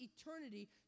eternity